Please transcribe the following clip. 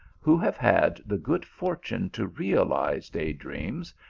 who have had the good fortune to realize day dreams,